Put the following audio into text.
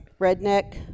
redneck